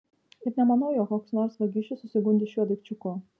ir nemanau jog koks nors vagišius susigundys šiuo daikčiuku